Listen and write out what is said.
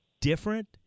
different